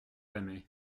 aimait